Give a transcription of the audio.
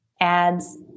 ads